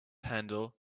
handle